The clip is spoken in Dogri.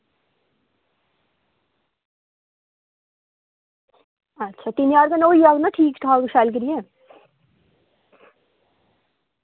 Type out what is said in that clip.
ते ठीक ठाक होई जाङन ना शैल करियै